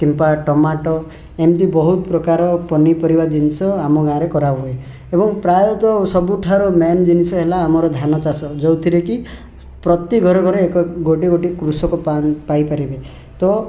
କିମ୍ବା ଟମାଟୋ ଏମତି ବହୁତ ପ୍ରକାର ପନିପରିବା ଜିନିଷ ଆମ ଗାଁରେ କରାହୁଏ ଏବଂ ପ୍ରାୟତଃ ସବୁଠାରୁ ମେନ୍ ଜିନିଷ ହେଲା ଆମର ଧାନ ଚାଷ ଯେଉଁଥିରେ କି ପ୍ରତି ଘରେ ଘରେ ଏକ ଗୋଟିଏ ଗୋଟିଏ କୃଷକ ପାଇପାରିବେ ତ